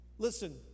Listen